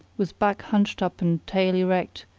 with back hunched up and tail erect,